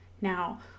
Now